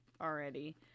already